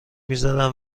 میزدن